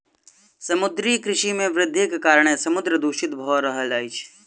समुद्रीय कृषि मे वृद्धिक कारणेँ समुद्र दूषित भ रहल अछि